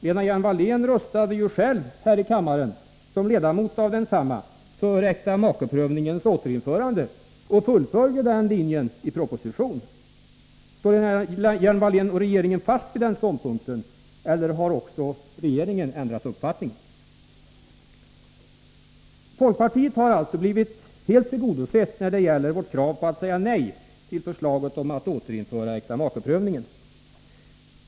Lena Hjelm-Wallén röstade ju själv här i kammaren, som ledamot av densamma, för äktamakeprövningens återinförande och fullföljer den linjen i propositionen. Står Lena Hjelm-Wallén och regeringen fast vid den ståndpunkten eller har också regeringen ändrat uppfattning? Folkpartiet har alltså blivit helt tillgodosett när det gäller vårt krav på ett nej till förslaget om att återinföra äktamakeprövningen.